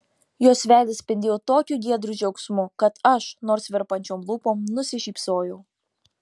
jos veidas spindėjo tokiu giedru džiaugsmu kad aš nors virpančiom lūpom nusišypsojau